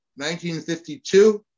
1952